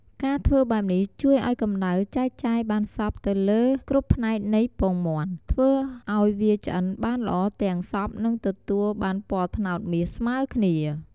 ការធ្វើបែបនេះជួយឱ្យកម្តៅចែកចាយបានសព្វទៅលើគ្រប់ផ្នែកនៃពងមាន់ ធ្វើឱ្យវាឆ្អិនបានល្អទាំងសព្វ និងទទួលបានពណ៌ត្នោតមាសស្មើគ្នា។